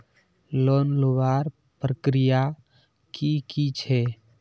Loan लुबार प्रक्रिया की की छे?